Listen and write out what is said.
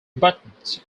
buttons